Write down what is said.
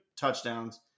touchdowns